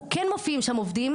כן מופיעים שם עובדים,